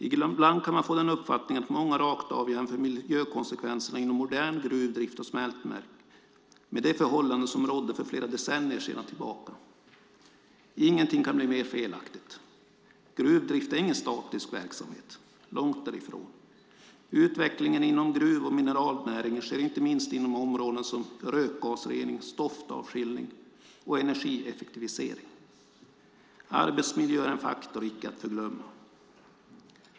Ibland kan man få uppfattningen att många rakt av jämför miljökonsekvenserna inom modern gruvdrift och smältverk med de förhållanden som rådde för flera decennier sedan. Ingenting kan bli mer felaktigt. Gruvdrift är ingen statisk verksamhet, långt därifrån. Utvecklingen inom gruv och mineralnäringen sker inte minst inom områden som rökgasrening, stoftavskiljning och energieffektivisering. Arbetsmiljö är en faktor icke att förglömma.